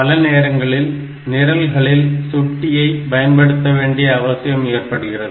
பல நேரங்களில் நிரல்களில் சுட்டியை பயன்படுத்த வேண்டிய அவசியம் ஏற்படுகிறது